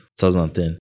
2010